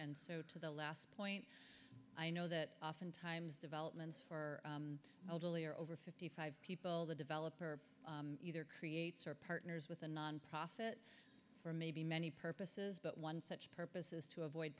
and so to the last point i know that often times developments for elderly are over fifty five people the developer either creates or partners with a nonprofit for maybe many purposes but one such purpose is to avoid